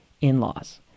in-laws